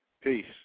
Peace